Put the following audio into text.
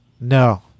No